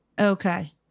Okay